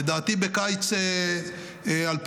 לדעתי בקיץ 2023,